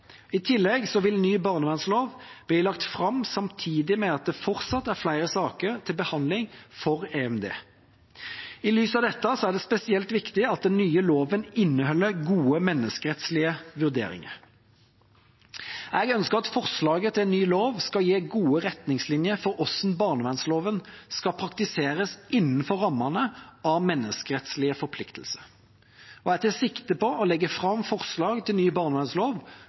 I tillegg vil den nye barnevernsloven bli lagt fram samtidig med at det fortsatt er flere saker til behandling i EMD. I lys av dette er det spesielt viktig at den nye loven inneholder gode menneskerettslige vurderinger. Jeg ønsker at forslaget til en ny lov skal gi gode retningslinjer for hvordan barnevernsloven skal praktiseres innenfor rammene av menneskerettslige forpliktelser. Jeg tar sikte på legge fram forslag til ny barnevernslov